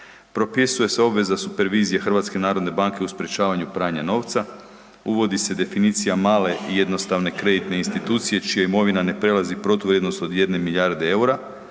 Propisuje se obveza supervizije HNB-a u sprječavanju pranja novca, uvodi se definicija male i jednostavne kreditne institucije čija imovina ne prelazi protuvrijednost od jedne milijarde EUR-a.